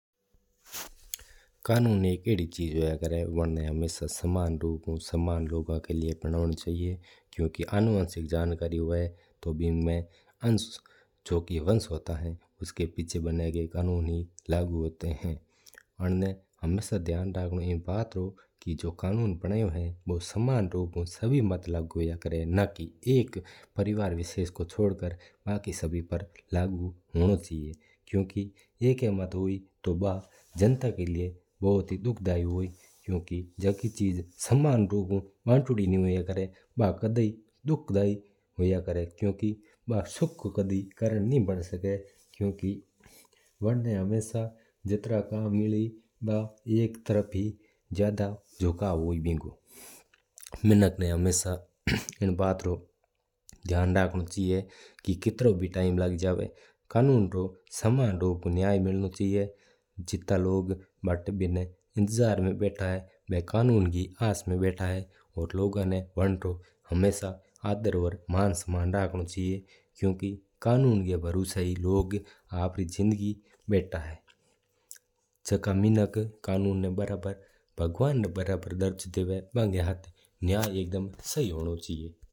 कानून एक आदी चीज होया करा है जू समान रूप ऊ समानता प्रधान करया करा है। क्यूंकि आनावश्यक जानकारी हुआ बिना पिव्छा बनायोडो कानून ही कम्म आवा है। हमेशा इन बात रू ध्यान रखनो की जू कंन्न्नोन बनाया हू वो समानता प्रधान करणो चाहिए वूसभी मात लागू होया करा ना की एक माता लागू होया करा है। क्यूंकि अगर मात्रा हुई तो वो जनता री वस्ता दुख दायी हुई और सही कोण हुआ ला।